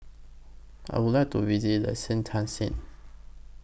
I Would like to visit Liechtenstein